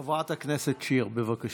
חברת הכנסת שיר, בבקשה.